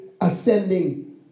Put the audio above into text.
ascending